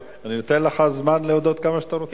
אני נותן לך זמן להודות כמה שאתה רוצה.